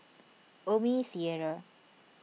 Omni theatre